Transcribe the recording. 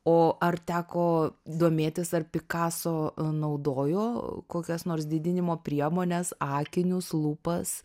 o ar teko domėtis ar pikaso naudojo kokias nors didinimo priemones akinius lūpas